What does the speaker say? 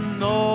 no